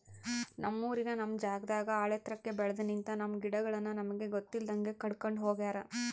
ನಮ್ಮೂರಿನ ನಮ್ ಜಾಗದಾಗ ಆಳೆತ್ರಕ್ಕೆ ಬೆಲ್ದು ನಿಂತ, ನಮ್ಮ ಗಿಡಗಳನ್ನು ನಮಗೆ ಗೊತ್ತಿಲ್ದಂಗೆ ಕಡ್ಕೊಂಡ್ ಹೋಗ್ಯಾರ